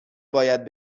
باید